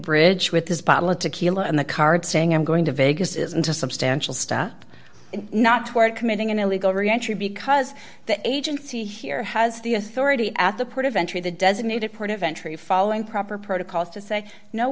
bridge with this bottle of tequila and the card saying i'm going to vegas isn't a substantial stop not toward committing an illegal reentry because the agency here has the authority at the port of entry the designated port of entry following proper protocols to say no